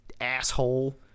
asshole